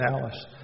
Alice